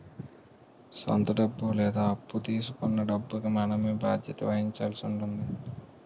సొంత డబ్బు లేదా అప్పు తీసుకొన్న డబ్బుకి మనమే బాధ్యత వహించాల్సి ఉంటుంది